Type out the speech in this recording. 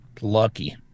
lucky